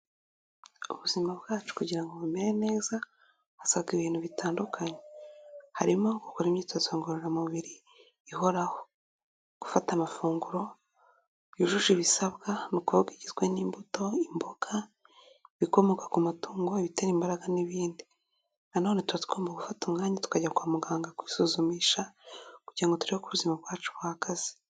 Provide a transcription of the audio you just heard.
Ubuzima bwacu kugira ngo bumere neza hasabwa ibintu bitandukanye, harimo gukora imyitozo ngororamubiri ihoraho, gufata amafunguro yujuje ibisabwa nk'uko igizwe n'imbuto, imboga, ibikomoka ku matungo, ibitera imbaraga n'ibindi nanone tuba tugomba gufata umwanya tukajya kwa muganga kwisuzumisha kugira ngo turebe uko ubuzima bwacu buhagaze.